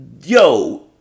yo